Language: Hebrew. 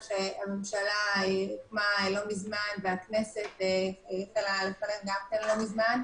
שהממשלה הוקמה לא מזמן והכנסת --- גם כן לא מזמן,